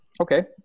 Okay